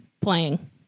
playing